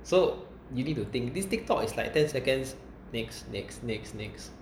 so you need to think this Tiktok is like ten seconds next next next next